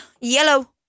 Yellow